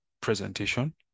presentation